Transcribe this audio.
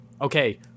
okay